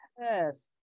yes